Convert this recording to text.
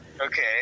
Okay